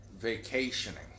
vacationing